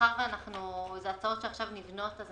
מאחר ואלו הצעות שעכשיו נבנות אז